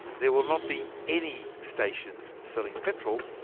there will not be any stations selling petrol,